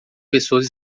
pessoas